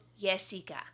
Jessica